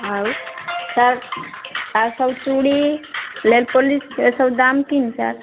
ଆଉ ସାର୍ ଆଉ ସବୁ ଚୁଡ଼ି ନେଲ୍ ପଲିସ୍ ଏ ସବୁ ଦାମ୍ କିନ୍ତି ସାର୍